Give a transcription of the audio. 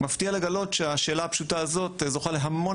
מפתיע לגלות שהשאלה הפשוטה הזאת זוכה להמון